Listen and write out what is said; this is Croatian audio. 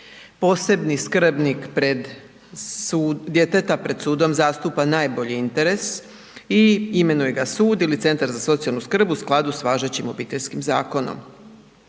Posebni skrbnik djeteta pred sudom zastupa najbolji interes i imenuje ga sud ili centar za socijalnu skrb u skladu sa važećim Obiteljskim zakonom.